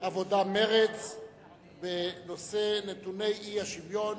עבודה ומרצ בנושא: נתוני האי-שוויון